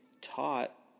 taught